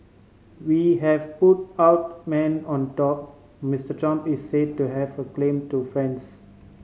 we have put out man on top Mister Trump is say to have a claim to friends